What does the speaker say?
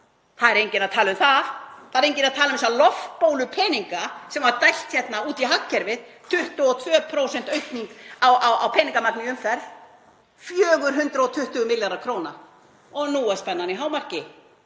Það er enginn að tala um það. Það er enginn að tala um þessa loftbólupeninga sem var dælt hérna út í hagkerfið, 22% aukningu á peningamagni í umferð, 420 milljarða kr. Og nú er spennan í hámarki: